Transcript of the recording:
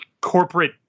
corporate